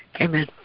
Amen